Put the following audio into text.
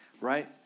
right